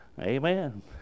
Amen